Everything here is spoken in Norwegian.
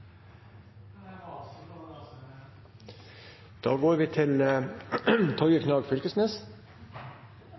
Da er det Torgeir Knag Fylkesnes.